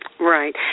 Right